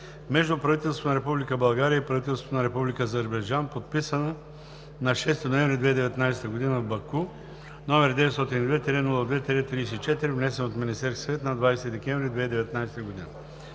между правителството на Република България и правителството на Република Азербайджан, подписана на 6 ноември 2019 г. в Баку, № 902-02-34, внесен от Министерския съвет на 20 декември 2019 г.“